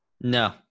No